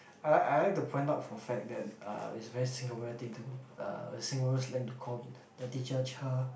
uh I like to point out for a fact that uh it's a very Singaporean thing to uh Singaporean slang to call the teacher cher